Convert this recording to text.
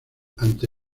ante